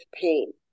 pain